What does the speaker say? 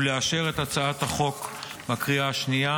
ולאשר את הצעת החוק בקריאה השנייה